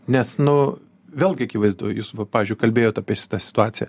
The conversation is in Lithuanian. nes nu vėlgi akivaizdu jūs va pavyzdžiui kalbėjot apie sitą situaciją